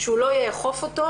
שהוא לא יאכוף אותו.